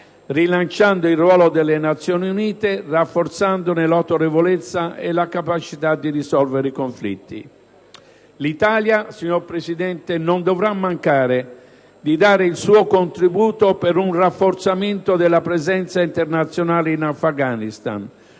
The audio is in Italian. rilanciando il ruolo delle Nazioni Unite, rafforzandone l'autorevolezza e la capacità di risolvere conflitti. L'Italia non dovrà mancare di dare il suo contributo per un rafforzamento della presenza internazionale in Afghanistan,